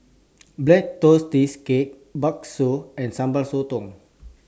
Black Tortoise Cake Bakso and Sambal Sotong